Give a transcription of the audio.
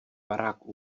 barák